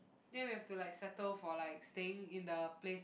then we have to like settle for like staying in the place